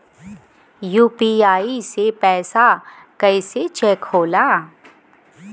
UPI से पैसा कैसे चेक होला?